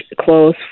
clothes